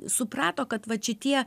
suprato kad vat šitie